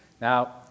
Now